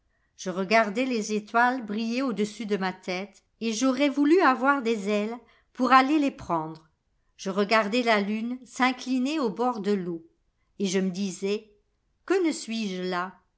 je regardais les étoiles briller au-dessus de ma tète et j'aurais voulu avoir des oiles pour aller les prendre je regardais la lune s'incliner au bord de l'eau et je me disais que ne suis-je là